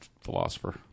philosopher